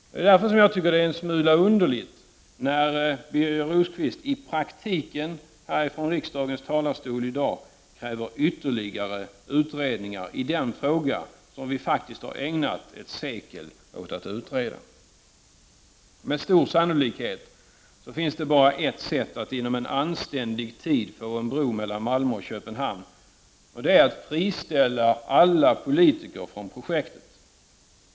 Det är därför som jag tycker att det är en smula underligt när Birger Rosqvist i praktiken, från riksdagens talarstol i dag, kräver ytterligare utredningar i den fråga som utretts under ett sekel. Med stor sannolikhet finns det bara ett sätt att inom en anständig tid få en bro mellan Malmö och Köpenhamn, och det är att friställa alla politiker från projektet.